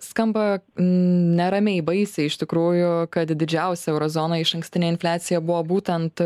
skamba neramiai baisiai iš tikrųjų kad didžiausia euro zonoj išankstinė infliacija buvo būtent